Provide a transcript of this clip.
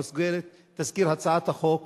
במסגרת תזכיר הצעת החוק,